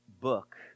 book